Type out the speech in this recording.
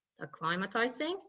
acclimatizing